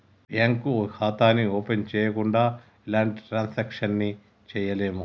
bank ఖాతాని open చెయ్యకుండా ఎలాంటి ట్రాన్సాక్షన్స్ ని చెయ్యలేము